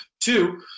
Two